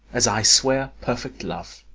as i swear perfect love!